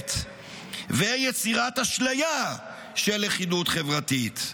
לשבט ויצירת אשליה של לכידות חברתית.